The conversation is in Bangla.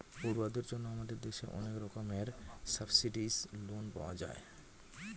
পড়ুয়াদের জন্য আমাদের দেশে অনেক রকমের সাবসিডাইস্ড্ লোন পাওয়া যায়